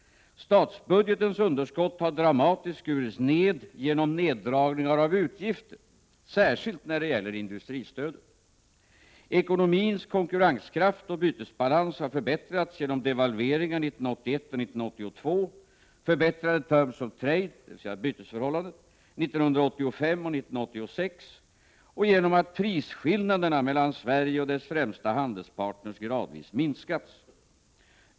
Statsbudgetens underskott har dramatiskt skurits ned genom neddragningar av utgifter, särskilt när det gäller industristödet. Ekonomins konkurrenskraft och bytesbalans har förbättrats genom devalveringar 1981 och 1982, förbättrade terms of trade” — dvs. bytesförhållande — ”1985 och 1986, och genom att prisskillnaderna mellan Sverige och dess främsta handelspartners gradvis minskats.